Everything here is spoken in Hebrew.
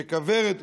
ככוורת,